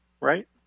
Right